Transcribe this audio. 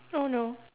oh no